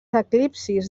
eclipsis